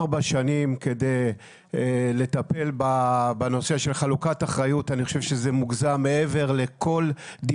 אני חושב שזה מוגזם שארבע שנים לוקח לטפל בחלוקת האחריות.